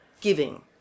giving